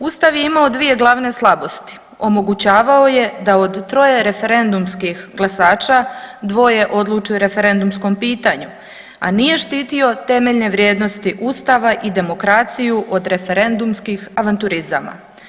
Ustav je imao dvije glavne slabosti omogućavao je da od troje referendumskih glasača dvoje odlučuju o referendumskom pitanju, a nije štitio temeljne vrijednosti Ustava i demokraciju od referendumskih avanturizama.